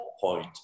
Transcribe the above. point